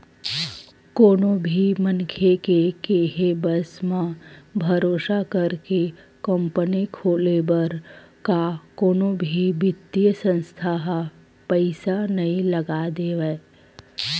कोनो भी मनखे के केहे बस म, भरोसा करके कंपनी खोले बर का कोनो भी बित्तीय संस्था ह पइसा नइ लगा देवय